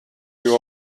you